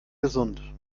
gesund